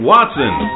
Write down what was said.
Watson